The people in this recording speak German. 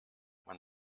man